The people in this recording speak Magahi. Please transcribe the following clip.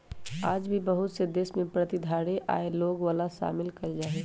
आज भी देश में बहुत ए प्रतिधारित आय वाला लोग शामिल कइल जाहई